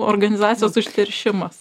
organizacijos užteršimas